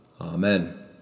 Amen